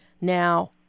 Now